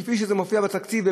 כפי שזה מופיע בתקציב,